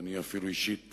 אני אישית